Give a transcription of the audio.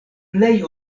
plej